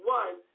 one